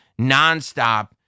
nonstop